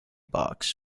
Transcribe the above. box